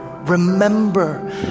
remember